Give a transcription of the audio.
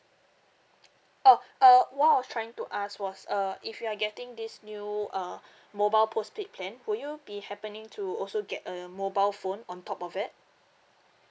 orh uh what I was trying to ask was uh if you are getting this new uh mobile postpaid plan would you be happening to also get a mobile phone on top of it